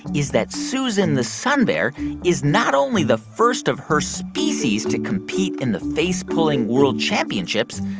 is that susan the sun bear is not only the first of her species to compete in the face pulling world championships,